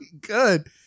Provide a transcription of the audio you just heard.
good